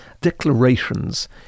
declarations